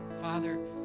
Father